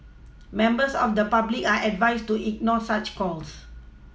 members of the public are advised to ignore such calls